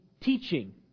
teaching